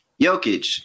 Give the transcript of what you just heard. Jokic